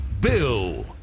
Bill